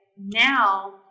now